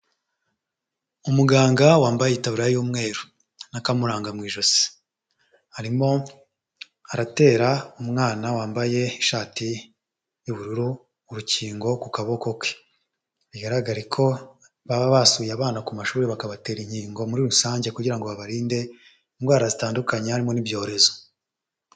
Umuganga wambaye itaburiya y'umweru n'akamuranga mu ijosi, arimo aratera umwana wambaye ishati y'ubururu, urukingo ku kaboko ke. Bigaragare ko baba basuye abana ku mashuri bakabatera inkingo muri rusange, kugira ngo babarinde indwara zitandukanye harimo n'ibyorezo.